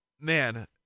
man